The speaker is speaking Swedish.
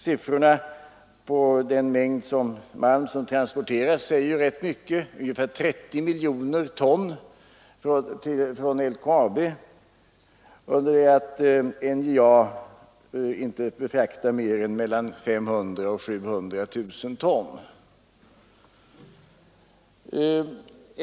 Siffrorna på den mängd malm som transporteras säger rätt mycket: ungefär 30 miljoner ton från LKAB, under det att NJA inte befraktar mer än mellan 500 000 och 700 000 ton.